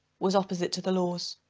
was opposite to the laws.